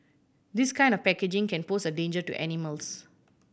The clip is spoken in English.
this kind of packaging can pose a danger to animals